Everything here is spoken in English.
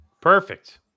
perfect